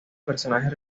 personajes